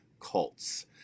cults